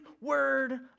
word